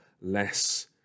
less